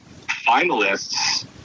finalists